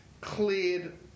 cleared